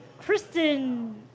Kristen